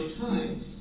time